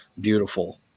beautiful